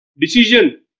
decision